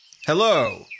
Hello